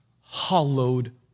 hollowed